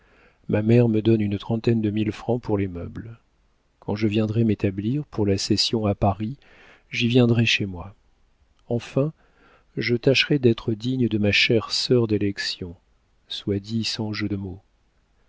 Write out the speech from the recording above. ma mère me donne une trentaine de mille francs pour les meubles quand je viendrai m'établir pour la session à paris j'y viendrai chez moi enfin je tâcherai d'être digne de ma chère sœur d'élection soit dit sans jeu de mots